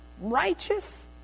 righteous